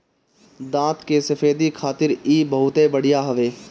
दांत के सफेदी खातिर इ बहुते बढ़िया हवे